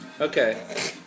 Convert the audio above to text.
Okay